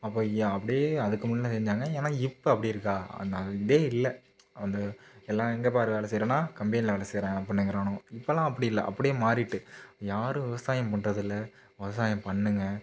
அப்போது இ அப்படியே அதுக்கு முன்னே இருந்தாங்க ஏன்னா இப்போ அப்படி இருக்கா அந்த இதே இல்லை அந்த எல்லாம் எங்கே பார் வேலை செய்றோன்னா கம்பெனில வேலை செய்கிறேன் அப்புடின்னுகிறானுவோ இப்பெல்லாம் அப்படி இல்லை அப்படியே மாறிவிட்டு யாரும் விவசாயம் பண்ணுறதில்ல விவசாயம் பண்ணுங்க